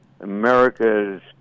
America's